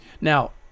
now